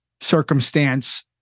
circumstance